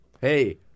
hey